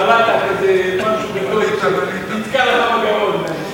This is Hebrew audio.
בלעת איזה משהו גדול שנתקע לך בגרון.